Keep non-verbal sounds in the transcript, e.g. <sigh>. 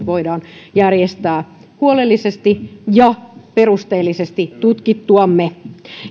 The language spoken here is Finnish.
<unintelligible> voidaan järjestää huolellisesti ja perusteellisesti tutkittuamme